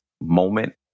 moment